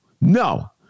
no